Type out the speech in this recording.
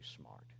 smart